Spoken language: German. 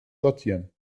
sortieren